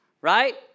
right